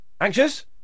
Anxious